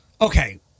Okay